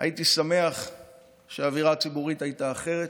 הייתי שמח אם האווירה הציבורית הייתה אחרת,